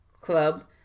club